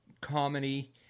comedy